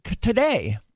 today